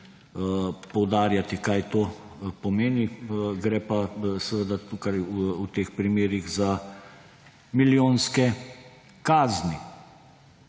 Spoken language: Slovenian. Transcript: poudarjati, kaj to pomeni. Gre pa tukaj v teh primerih za milijonske kazni.